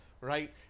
right